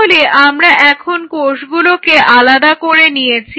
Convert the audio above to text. তাহলে আমরা এখন কোষগুলোকে আলাদা করে নিয়েছি